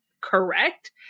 correct